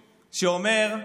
שאומר: